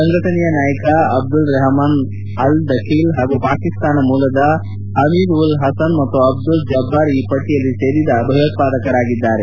ಸಂಘಟನೆಯ ನಾಯಕ ಅಬ್ಲಲ್ ರೆಹಮಾನ್ ಅಲ್ ದಖಿಲ್ ಹಾಗೂ ಪಾಕಿಸ್ತಾನ ಮೂಲದ ಹಮೀದ್ ಉಲ್ ಹಸನ್ ಮತ್ತು ಅಬ್ದುಲ್ ಜಬ್ದಾರ್ ಈ ಪಟ್ಟಿಯಲ್ಲಿ ಸೇರಿದ ಭಯೋತ್ಪಾದಕರಾಗಿದ್ದಾರೆ